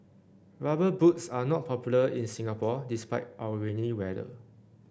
rubber boots are not popular in Singapore despite our rainy weather